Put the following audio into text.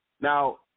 Now